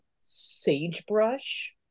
Sagebrush